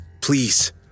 Please